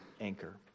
anchor